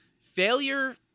failure